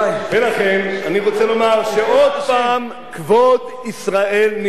ולכן אני רוצה לומר שעוד פעם, כבוד ישראל נרמס.